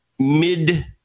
Mid